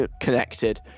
connected